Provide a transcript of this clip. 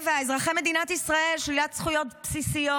אזרחי מדינת ישראל, שלילת זכויות בסיסיות.